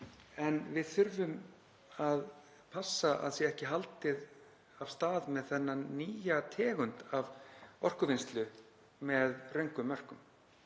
en við þurfum að passa að það sé ekki haldið af stað með þessa nýju tegund af orkuvinnslu með röngum mörkum.